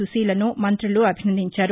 సుశీలను మంతులు అభినందించారు